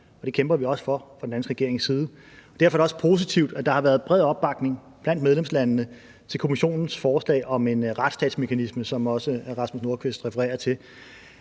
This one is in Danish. det kæmper vi også for fra den danske regerings side – og derfor er det også positivt, at der har været bred opbakning blandt medlemslandene til Kommissionens forslag om en retsstatsmekanisme, som hr. Rasmus Nordqvist også refererer til.